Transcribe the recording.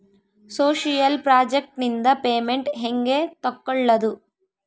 Social project ನಿಂದ payment ಹೆಂಗೆ ತಕ್ಕೊಳ್ಳದು?